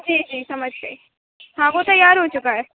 جی جی سمجھ گئی ہاں وہ تیار ہو چُکا ہے